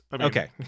Okay